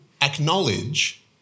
acknowledge